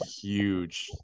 huge